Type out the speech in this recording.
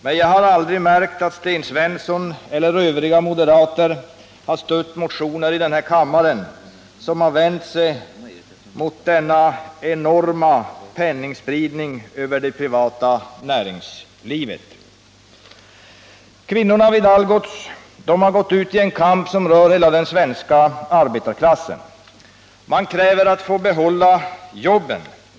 Men jag har aldrig märkt att Sten Svensson eller övriga moderater har stött motioner här i kammaren som vänt sig mot denna enorma penningspridning över det privata näringslivet. Kvinnorna vid Algots Nord har gått ut i en kamp som rör hela den svenska arbetarklassen. De kräver att få behålla jobben.